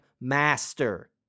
master